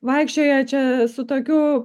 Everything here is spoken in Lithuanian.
vaikščioja čia su tokiu